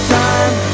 time